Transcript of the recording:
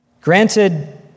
Granted